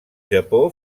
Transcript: japó